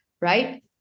right